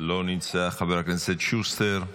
לא נמצא, חבר הכנסת שוסטר,